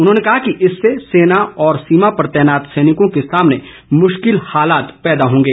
उन्होंने कहा कि इससे सेना और सीमा पर तैनात सैनिकों के सामने मुश्किल हालात पैदा होंगे